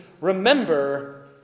remember